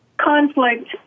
conflict